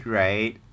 right